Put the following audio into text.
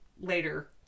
later